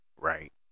Right